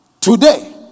today